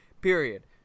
Period